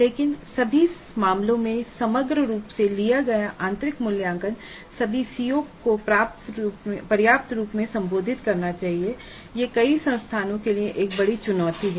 लेकिन सभी मामलों में समग्र रूप से लिया गया आंतरिक मूल्यांकन सभी सीओ को पर्याप्त रूप से संबोधित करना चाहिए और यह कई संस्थानों के लिए एक बड़ी चुनौती है